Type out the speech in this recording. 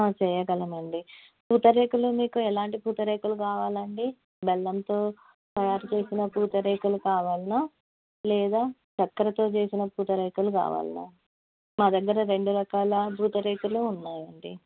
చేయగలమండి పూతరేకులు మీకు ఎలాంటి పూతరేకులు కావాలండి బెల్లంతో తయారు చేసిన పూతరేకులు కావాల్న లేదా చక్కరతో చేసిన పూతరేకులు కావాల్న మా దగ్గర రెండు రకాల పూతరేకులు ఉన్నాయండి